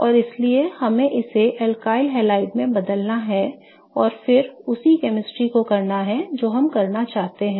तो इसीलिए हमें इसे alkyl halide में बदलना है और फिर उसी chemistry को करना है जो हम करना चाहते हैं